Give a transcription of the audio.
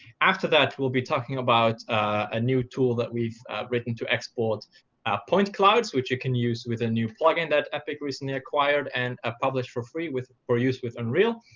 after that, we'll be talking about a new tool that we've written to export point clouds, which you can use with a new plugin that epic recently acquired and ah published for free for use with unreal.